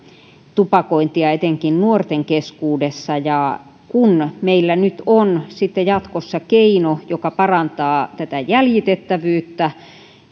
tupakointia etenkin nuorten keskuudessa ja kun meillä nyt on sitten jatkossa keino joka parantaa tätä jäljitettävyyttä